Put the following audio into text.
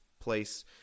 place